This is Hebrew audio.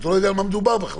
הוא לא ידע על מה מדובר בכלל.